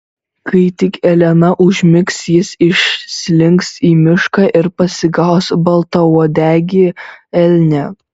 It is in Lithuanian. kai tik elena užmigs jis išslinks į mišką ir pasigaus baltauodegį elnią